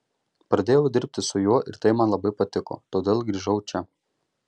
pradėjau dirbi su juo ir tai man labai patiko todėl grįžau čia